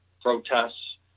protests